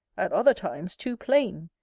at other times too plain,